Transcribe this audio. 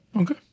Okay